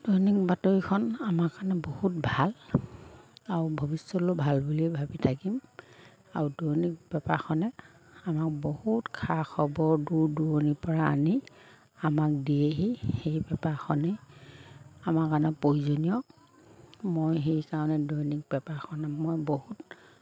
দৈনিক বাতৰিখন আমাৰ কাৰণে বহুত ভাল আৰু ভৱিষ্যতলৈও ভাল বুলি ভাবি থাকিম আৰু দৈনিক পেপাৰখনে আমাক বহুত খা খবৰ দূৰ দূৰণিৰ পৰা আনি আমাক দিয়েহি সেই পেপাৰখনেই আমাৰ কাৰণে প্ৰয়োজনীয় মই সেইকাৰণে দৈনিক পেপাৰখনে মই বহুত